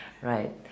right